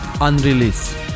unreleased